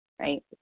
right